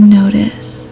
notice